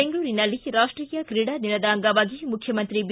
ಬೆಂಗಳೂರಿನಲ್ಲಿ ರಾಷ್ಟೀಯ ಕ್ರೀಡಾ ದಿನದ ಅಂಗವಾಗಿ ಮುಖ್ಯಮಂತ್ರಿ ಬಿ